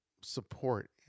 support